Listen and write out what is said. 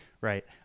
right